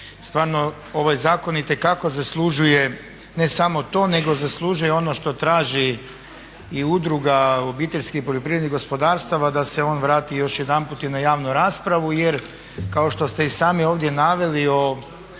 jer ovaj zakon itekako zaslužuje ne samo to nego zaslužuje ono što traži i Udruga OPG-a da se on vrati još jedanput i na javnu raspravu jer kao što ste i sami ovdje naveli o